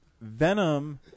Venom